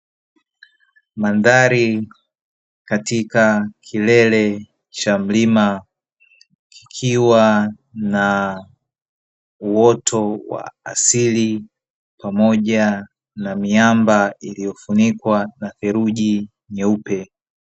Mandhari katika kilele cha mlima, ikiwa na uoto wa asili pamoja na miamba iliyofunikwa na theluji nyeupe.